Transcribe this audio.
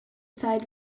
zeit